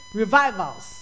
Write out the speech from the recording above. revivals